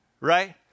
Right